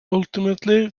ultimately